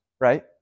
right